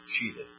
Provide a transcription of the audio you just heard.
cheated